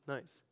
Nice